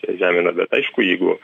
žemina bet aišku jeigu